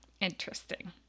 Interesting